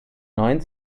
neun